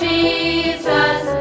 Jesus